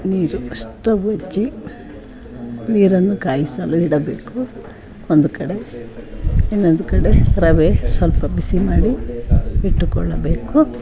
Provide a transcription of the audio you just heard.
ನೀರು ಸ್ಟೌವ್ ಹಚ್ಚಿ ನೀರನ್ನು ಕಾಯಿಸಲು ಇಡಬೇಕು ಒಂದು ಕಡೆ ಇನ್ನೊಂದು ಕಡೆ ರವೆ ಸ್ವಲ್ಪ ಬಿಸಿ ಮಾಡಿ ಇಟ್ಟುಕೊಳ್ಳಬೇಕು